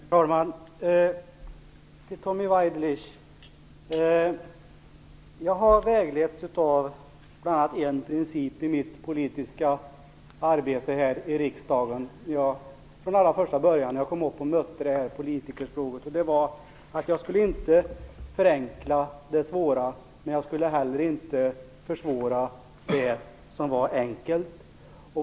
Herr talman! Jag vill säga följande till Tommy Waidelich. Jag har vägletts av bl.a. en princip i mitt politiska arbete här i riksdagen sedan allra första början när jag kom hit och mötte politikerspråket. Det är att jag inte skall förenkla det svåra men heller inte försvåra det som är enkelt.